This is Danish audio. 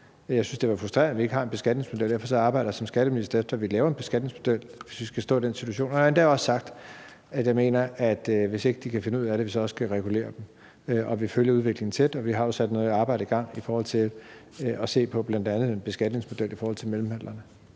Jeg synes, det er frustrerende, at vi ikke har en beskatningsmodel. Derfor arbejder jeg som skatteminister for, at vi laver en beskatningsmodel, i forhold til hvis vi kommer i den situation. Jeg har endda også sagt, at jeg mener, at hvis ikke de kan finde ud af det, så skal vi også regulere dem. Vi følger udviklingen tæt, og vi har sat noget arbejde i gang i forhold til at se på bl.a. en beskatningsmodel i forhold til mellemhandlerne.